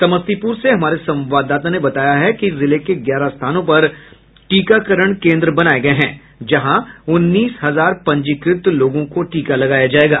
समस्तीपुर से हमारे संवाददाता ने बताया है कि जिले के ग्यारह स्थानों पर टीकाकरण केन्द्र बनाये गये हैं जहां उन्नीस हजार पंजीकृत लोगों को टीका लगाया जायेगा